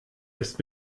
ist